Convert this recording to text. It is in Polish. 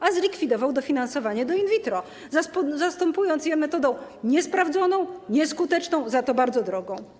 A zlikwidował dofinansowanie do in vitro, zastępując je metodą niesprawdzoną, nieskuteczną, za to bardzo drogą.